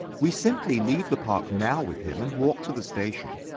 we simply leave the park now with him and walk to the station.